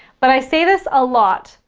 but i say this a lot.